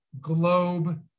globe